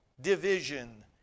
division